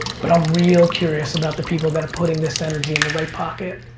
but i'm real curious about the people that are putting this energy in the right pocket,